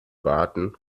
warten